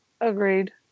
agreed